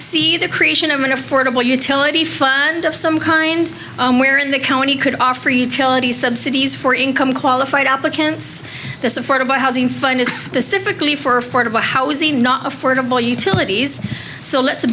see the creation of an affordable utility fund of some kind where in the county could offer utilities subsidies for income qualified applicants this affordable housing fund is specifically for affordable housing not affordable utilities so let's a